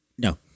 No